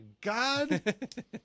god